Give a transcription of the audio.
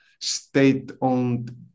state-owned